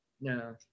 no